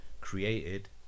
created